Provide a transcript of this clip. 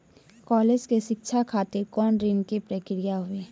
College के शिक्षा खातिर कौन ऋण के प्रक्रिया हुई?